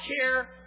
care